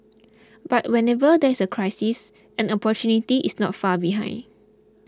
but whenever there is a crisis an opportunity is not far behind